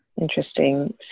Interesting